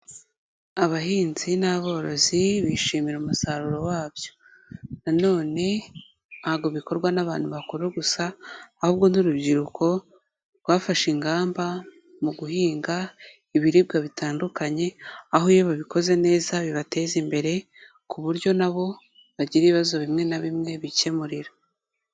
Abahinzi n'aborozi bishimira umusaruro wabyo, nanone ntabwo bikorwa n'abantu bakuru gusa ahubwo n'urubyiruko rwafashe ingamba mu guhinga ibiribwa bitandukanye, aho iyo babikoze neza bibateza imbere ku buryo nabo bagira ibibazo bimwe na bimwe bikemurira.